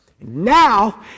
Now